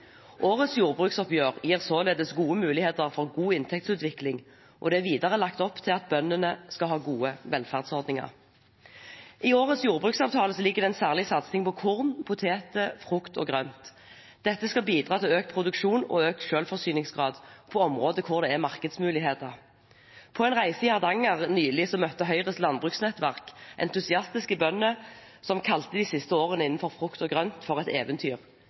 Årets jordbruksoppgjør gir således gode muligheter for god inntektsutvikling, og det er videre lagt opp til at bøndene skal ha gode velferdsordninger. I årets jordbruksavtale ligger det en særlig satsing på korn, poteter, frukt og grønt. Dette skal bidra til økt produksjon og økt selvforsyningsgrad på områder hvor det er markedsmuligheter. På en reise i Hardanger nylig møtte Høyres landbruksnettverk entusiastiske bønder som kalte de siste årene innen frukt og grønt for et eventyr.